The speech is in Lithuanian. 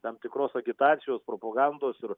tam tikros agitacijos propagandos ir